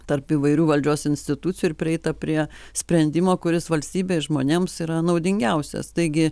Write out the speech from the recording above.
tarp įvairių valdžios institucijų ir prieita prie sprendimo kuris valstybei žmonėms yra naudingiausias taigi